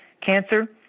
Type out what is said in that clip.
Cancer